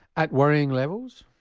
at worrying levels?